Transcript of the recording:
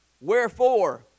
Wherefore